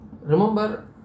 Remember